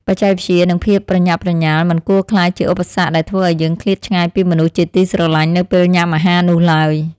បច្ចេកវិទ្យានិងភាពប្រញាប់ប្រញាល់មិនគួរក្លាយជាឧបសគ្គដែលធ្វើឲ្យយើងឃ្លាតឆ្ងាយពីមនុស្សជាទីស្រលាញ់នៅពេលញ៉ាំអាហារនោះឡើយ។